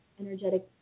energetic